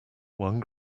one